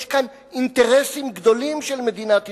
יש כאן אינטרסים גדולים של מדינת ישראל.